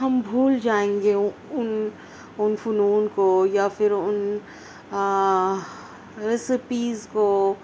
ہم بھول جائیں گے ان ان فنون کو یا پھر ان ریسیپیز کو